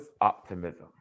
optimism